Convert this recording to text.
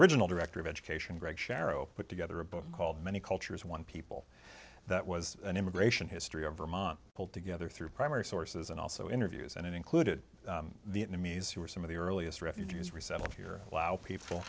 original director of education greg shero put together a book called many cultures one people that was an immigration history of vermont pulled together through primary sources and also interviews and it included the enemies who are some of the earliest refugees resettled here allow people